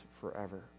forever